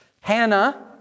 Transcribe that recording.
Hannah